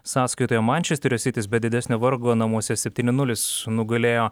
sąskaitoje mančesterio sitis be didesnio vargo namuose septyni nulis nugalėjo